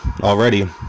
already